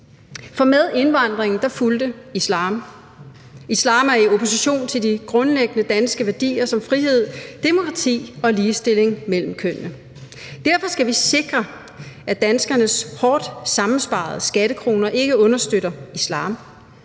For med indvandringen fulgte islam. Islam er i opposition til de grundlæggende danske værdier som frihed, demokrati og ligestilling mellem kønnene. Derfor skal vi sikre, at danskernes hårdt sammensparede skattekroner ikke understøtter islam.